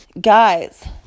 Guys